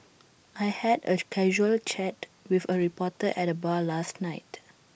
I had A casual chat with A reporter at the bar last night